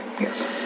Yes